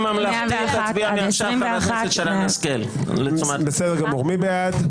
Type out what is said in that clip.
21,221 עד 21,240. מי בעד?